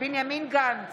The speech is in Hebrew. בנימין גנץ,